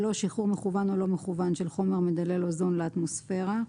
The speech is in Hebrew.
שחרור מכוון או לא מכוון של חומר מדלל אוזון לאטמוספירה,